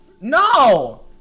No